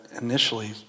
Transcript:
initially